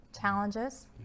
challenges